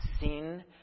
sin